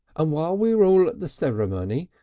and while we were all at the ceremony,